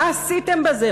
מה עשיתם בזה?